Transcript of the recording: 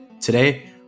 Today